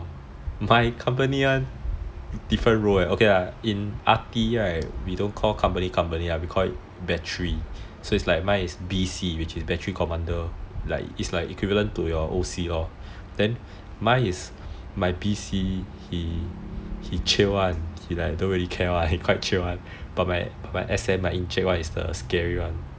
my company different role in ARTI we don't call company company we call it battery so it's like B_C so it's like battery commander it's like equivalent to like your O_C lor so mine is like my P_C he like chill [one] don't really care [one] but my encik is the scary [one]